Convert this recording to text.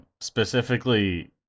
specifically